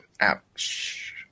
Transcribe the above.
Ouch